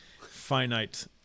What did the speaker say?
finite